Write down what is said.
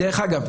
דרך אגב,